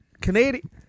Canadian